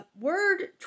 word